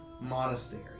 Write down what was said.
monastery